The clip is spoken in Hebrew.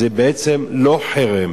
זה בעצם לא חרם.